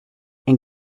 and